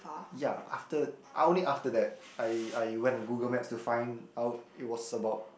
ya after I only after that I I went on Google maps to find out it was about